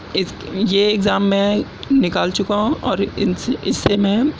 یہ ایگزام میں نکال چکا ہوں اور ان سے اس سے میں